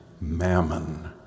mammon